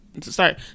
sorry